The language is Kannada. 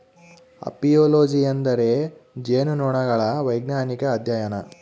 ಅಪಿಯೊಲೊಜಿ ಎಂದರೆ ಜೇನುನೊಣಗಳ ವೈಜ್ಞಾನಿಕ ಅಧ್ಯಯನ